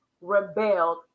rebelled